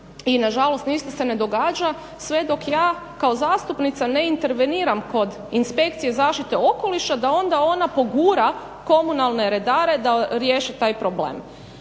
i nažalost ništa se ne događa sve dok ja kao zastupnica ne interveniram kod Inspekcije zaštite okoliša da onda ona pogura komunalne redare da riješe taj problem.